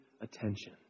attention